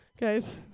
guys